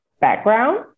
background